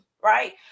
right